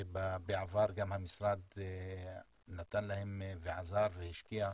שבעבר המשרד גם נתן להם ועזר והשקיע,